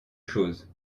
chose